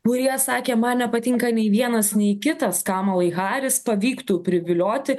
kurie sakė man nepatinka nei vienas nei kitas kamalai haris pavyktų privilioti